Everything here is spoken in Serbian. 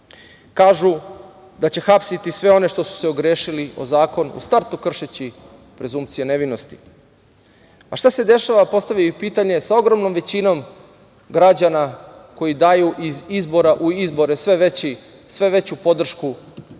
da će hapsiti sve one što su se ogrešili o zakon u startu kršeći prezumcija nevinosti. Šta se dešava, postavio bih pitanje, sa ogromnom većinom građana koji daju iz izbora u izbore sve veću podršku našoj